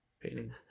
painting